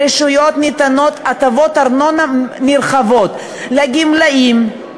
ברשויות ניתנות הטבות ארנונה נרחבות: לגמלאים,